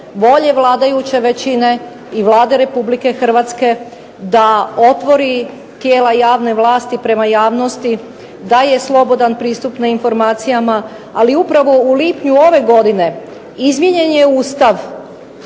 volje vladajuće većine, i Vlade Republike Hrvatske da otvori tijela javne vlasti prema javnosti, da je slobodan pristup na informacijama, ali upravo u lipnju ove godine izmijenjen je Ustav